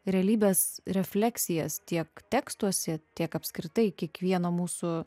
realybės refleksijas tiek tekstuose tiek apskritai kiekvieno mūsų